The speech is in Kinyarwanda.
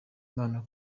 imana